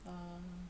err